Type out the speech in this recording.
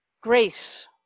grace